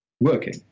working